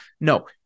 no